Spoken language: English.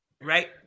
Right